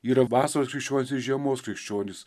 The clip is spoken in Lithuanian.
yra vasaros jaučiuosi žiemos krikščionys